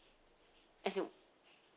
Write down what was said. as in